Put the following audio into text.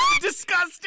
disgusting